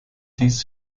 dieses